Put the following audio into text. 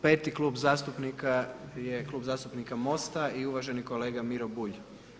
Peti klub zastupnika je Klub zastupnika MOST- i uvaženi kolega Miro Bulj.